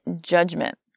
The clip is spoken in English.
judgment